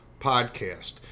podcast